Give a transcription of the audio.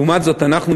לעומת זאת אנחנו,